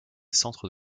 centres